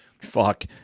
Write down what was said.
Fuck